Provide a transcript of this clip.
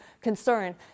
concern